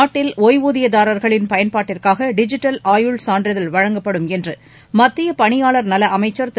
நாட்டில் ஒய்வூதியதாரர்களின் பயன்பாட்டிற்காக டிஜிட்டல் ஆயுள் சான்றிதழ் வழங்கப்படும் என்று மத்திய பணியாளர் நல அமைச்சர் திரு